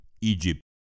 Egypt